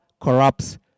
corrupts